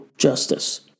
Justice